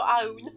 own